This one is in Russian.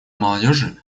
молодежи